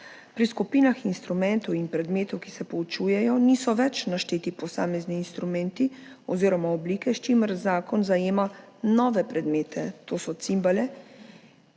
Pri skupinah instrumentov in predmetov, ki se poučujejo, niso več našteti posamezni instrumenti oziroma oblike, s čimer zakon zajema nove predmete, to so cimbale,